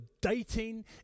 dating